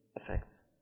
effects